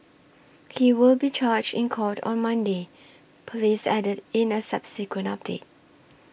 he will be charged in court on Monday police added in a subsequent update